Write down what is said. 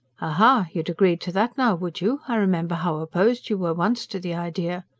aha! you'd agree to that now, would you? i remember how opposed you were once to the idea.